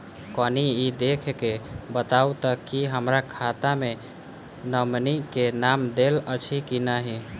कनि ई देख कऽ बताऊ तऽ की हमरा खाता मे नॉमनी केँ नाम देल अछि की नहि?